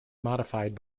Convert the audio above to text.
modified